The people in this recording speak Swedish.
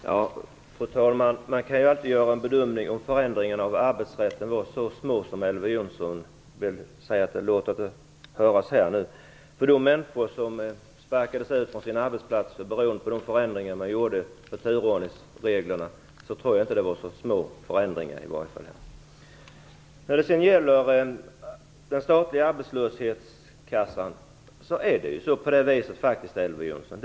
Fru talman! Man kan alltid göra en bedömning av om förändringarna i arbetsrätten var så små som Elver Jonsson vill göra gällande här. För de människor som sparkades ut från sin arbetsplats beroende på de förändringar man gjorde i turordningsreglerna, tror jag inte att förändringarna var så små. Den statliga arbetslöshetskassan var ingen succé, Elver Jonsson.